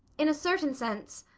in a certain sense,